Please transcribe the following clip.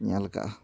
ᱧᱮᱞᱠᱟᱜᱼᱟ